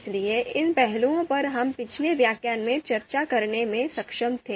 इसलिए इन पहलुओं पर हम पिछले व्याख्यान में चर्चा करने में सक्षम थे